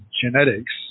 genetics